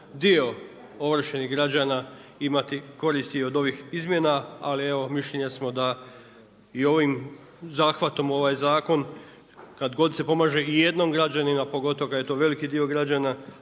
dio ovršenih građana imati korist i od ovih izmjena, ali evo mišljenja smo da i ovim zahvatom i ovaj zakon, kad god se pomaže ijednom građaninu, pogotovu kad je to veliki dio građana,